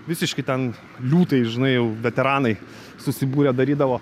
visiški ten liūtai žinai jau veteranai susibūrę darydavo